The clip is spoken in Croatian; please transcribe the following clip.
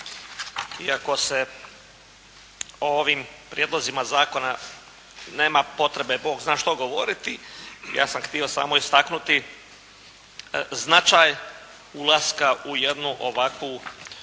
Iako se o ovim prijedlozima zakona nema potrebe Bog zna što govoriti, ja sam htio samo istaknuti značaj ulaska u jednu ovakvu